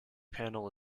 panel